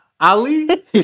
Ali